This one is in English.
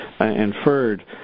inferred